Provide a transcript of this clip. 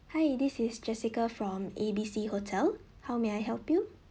hi this is jessica from A B C hotel how may I help you